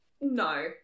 No